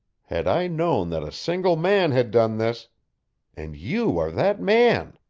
had i known that a single man had done this and you are that man!